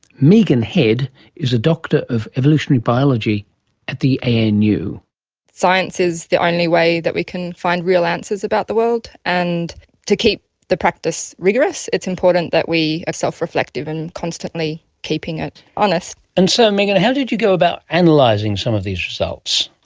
megan head is a doctor of evolutionary biology at the anu. science is the only way that we can find real answers about the world. and to keep the practice rigorous, it's important that we are self-reflective and constantly keeping it honest. and so megan, how did you go about analysing some of these results?